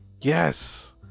Yes